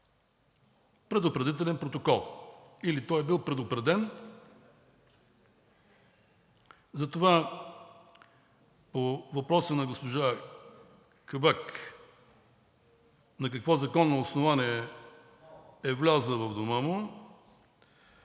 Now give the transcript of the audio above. предупредителен протокол, или той е бил предупреден. Затова по въпроса на госпожа Кабак: на какво законно основание е влизано в дома му,